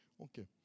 Okay